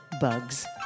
bugs